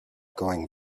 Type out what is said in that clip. going